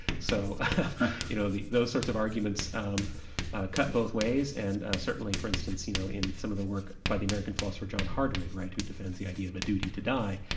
so you know those sorts of arguments um cut both ways and certainly for instance you know in some of the work by the american philosopher, john hardwig, right, who defends the idea of a duty to die,